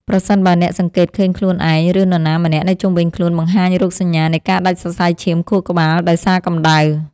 ប្រសិនបើអ្នកសង្កេតឃើញខ្លួនឯង ឬនរណាម្នាក់នៅជុំវិញខ្លួនបង្ហាញរោគសញ្ញានៃការដាច់សរសៃឈាមខួរក្បាលដោយសារកម្ដៅ។